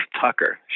Tucker